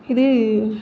இது